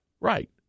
Right